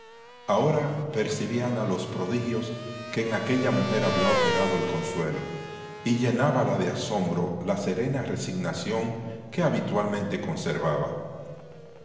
ahora percibía ana los prodigios que en aquella mujer había operado el consuelo y llenábala de asombro la serena resignación que habitualmente conservaba